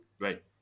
Right